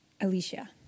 Alicia